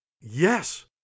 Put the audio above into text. Yes